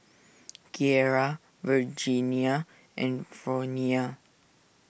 Kiera Virginia and Fronia